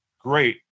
Great